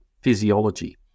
physiology